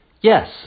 Yes